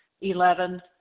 Eleven